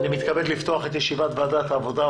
אני מתכבד לפתוח את ישיבת ועדת העבודה,